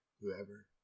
whoever